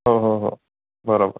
हो हो हो बरोबर